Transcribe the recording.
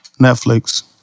Netflix